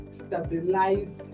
stabilize